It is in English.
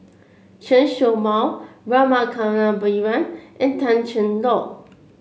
Chen Show Mao Rama Kannabiran and Tan Cheng Lock